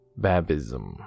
Babism